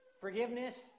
Forgiveness